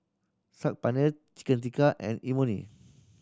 Saag Paneer Chicken Tikka and Imoni